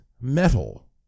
metal